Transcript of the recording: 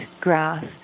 grass